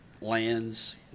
lands